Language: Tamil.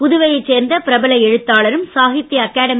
புதுவையைச் சேர்ந்த பிரபல எழுத்தாளரும் சாகித்ய அகாடமி